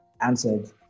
answered